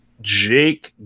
Jake